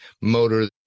motor